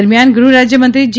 દરમિયાન ગૃહરાજ્યમંત્રી જી